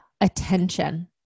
attention